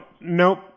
Nope